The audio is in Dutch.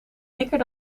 dikker